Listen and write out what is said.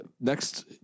next